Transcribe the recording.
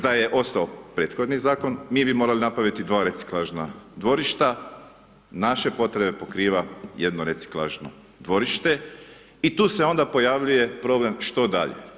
Da je ostao prethodni zakon, mi bi morali napraviti 2 reciklažna dvorišta, naše potrebe pokriva jedno reciklažno dvorište i tu se onda pojavljuje problem što dalje.